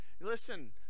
Listen